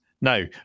No